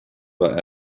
war